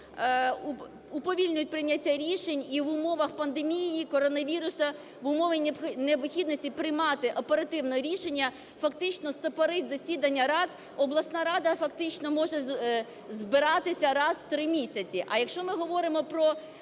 уповільнять прийняття рішень і в умовах пандемії і коронавірусу, в умовах необхідності приймати оперативно рішення фактично стопорить засідання рад. Обласна рада фактично може збиратися раз в 3 місяці. А якщо ми говоримо про